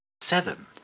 seven